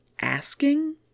asking